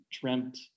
dreamt